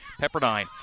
Pepperdine